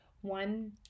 One